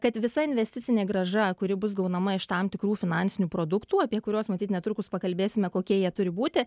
kad visa investicinė grąža kuri bus gaunama iš tam tikrų finansinių produktų apie kuriuos matyt netrukus pakalbėsime kokie jie turi būti